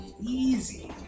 easy